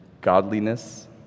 godliness